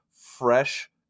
fresh